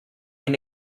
and